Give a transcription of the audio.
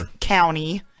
County